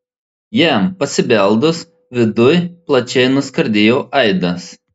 jam pasibeldus viduj plačiai nuskardėjo aidas